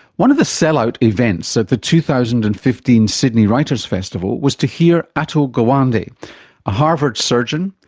one of the sell-out events at the two thousand and fifteen sydney writers' festival was to hear atul gawande, a harvard surgeon,